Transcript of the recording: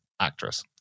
actress